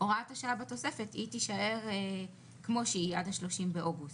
הוראת השעה בתוספת תישאר כמו שהיא עד ה-30 באוגוסט.